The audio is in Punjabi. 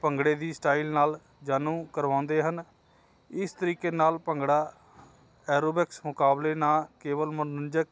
ਭੰਗੜੇ ਦੀ ਸਟਾਈਲ ਨਾਲ ਜਾਣੂ ਕਰਵਾਉਂਦੇ ਹਨ ਇਸ ਤਰੀਕੇ ਨਾਲ ਭੰਗੜਾ ਐਰੋਬਿਕਸ ਮੁਕਾਬਲੇ ਨਾ ਕੇਵਲ ਮਨਰੰਜਕ